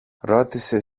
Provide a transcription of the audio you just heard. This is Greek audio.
ρώτησε